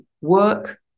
work